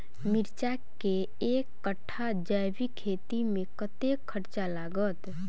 मिर्चा केँ एक कट्ठा जैविक खेती मे कतेक खर्च लागत?